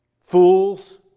Fools